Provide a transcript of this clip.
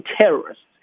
terrorists